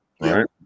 right